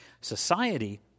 Society